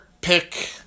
pick